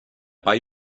pie